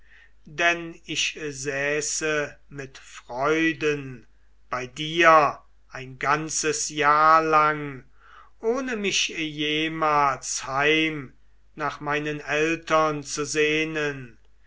denn ich säße mit freuden bei dir ein ganzes jahr lang ohne mich jemals heim nach meinen eltern zu sehnen